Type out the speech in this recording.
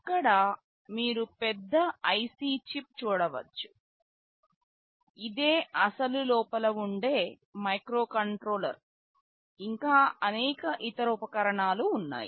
ఇక్కడ మీరు పెద్ద IC చిప్ చూడవచ్చు ఇదే అసలు లోపల ఉండే మైక్రోకంట్రోలర్ ఇంకా అనేక ఇతర ఉపకరణాలు ఉన్నాయి